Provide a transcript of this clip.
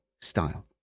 style